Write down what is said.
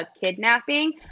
kidnapping